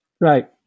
Right